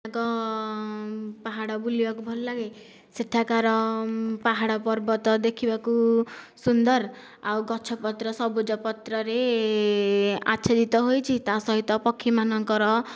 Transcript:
ଅନେକ ପାହାଡ଼ ବୁଲିବାକୁ ଭଲ ଲାଗେ ସେଠାକାର ପାହାଡ଼ ପର୍ବତ ଦେଖିବାକୁ ସୁନ୍ଦର ଆଉ ଗଛ ପତ୍ର ସବୁଜ ପତ୍ରରେ ଆଚ୍ଛାଦିତ ହୋଇଛି ତା ସହିତ ପକ୍ଷୀମାନଙ୍କର